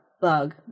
bug